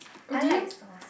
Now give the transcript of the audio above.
I like sauce